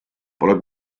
pole